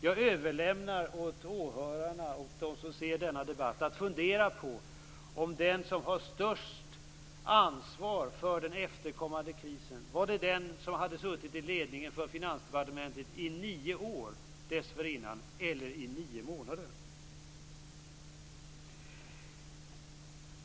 Jag överlämnar åt åhörarna och åt dem som ser denna debatt att fundera på vem som har störst ansvar för den efterkommande krisen. Var det den som hade suttit i ledningen för Finansdepartementet i nio år dessförinnan, eller den som suttit i nio månader?